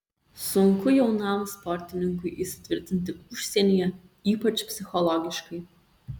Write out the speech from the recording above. sunku jaunam sportininkui įsitvirtinti užsienyje ypač psichologiškai